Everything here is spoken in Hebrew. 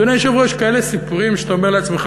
אדוני היושב-ראש, כאלה סיפורים שאתה אומר לעצמך: